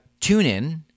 TuneIn